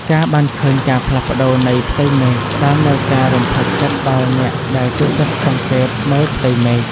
ការបានឃើញការផ្លាស់ប្តូរនៃផ្ទៃមេឃ ផ្តល់នូវការរំភើបចិត្តដល់អ្នកដែលចូលចិត្តសង្កេតមើលផ្ទៃមេឃ។